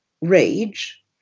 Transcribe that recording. rage